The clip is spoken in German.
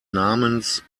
namens